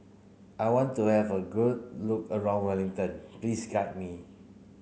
I want to have a good look around Wellington please guide me